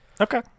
Okay